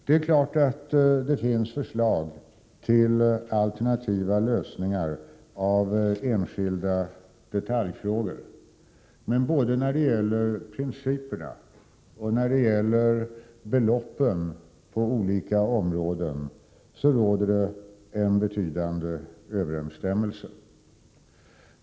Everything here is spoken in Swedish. Det finns naturligtvis förslag till alternativa lösningar i enskilda detaljfrågor, men både när det gäller principerna och när det gäller beloppen på olika områden råder en betydande överensstämmelse.